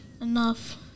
enough